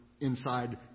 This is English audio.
inside